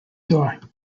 door